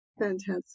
Fantastic